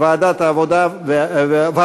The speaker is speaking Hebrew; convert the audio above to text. ועדות העבודה והפנים,